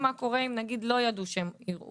מה עם אופציה של העברת שמות?